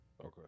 Okay